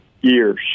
years